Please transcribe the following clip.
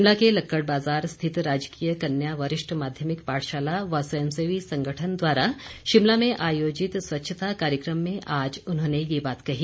शिमला के लक्कड़ बाजार स्थित राजकीय कन्या वरिष्ठ माध्यमिक पाठशाला व स्वयंसेवी संगठन द्वारा शिमला में आयोजित स्वच्छता कार्यक्रम में आज उन्होंने ये बात कही